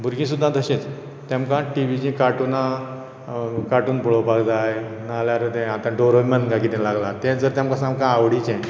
भुरगीं सुद्दा तशींच तेमकां टी व्हीचेर कार्टूना कार्टून पळोवपाक जाय ना जाल्यार तें आतां डोरेमोन कांय कितें लागलां तें तर तेंका सामकें आवडिचें